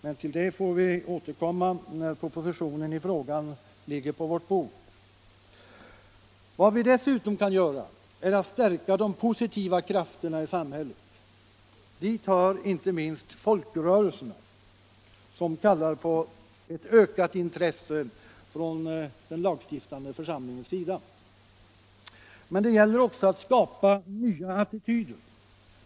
Men till detta får vi återkomma, när propositionen i frågan ligger på vårt bord. Vad vi dessutom kan göra är att stärka de positiva krafterna i samhället. Dit hör inte minst folkrörelserna, som pockar på ökat intresse från den lagstiftande församlingens sida. Men det gäller också att skapa nya attityder.